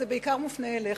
זה בעיקר מופנה אליך,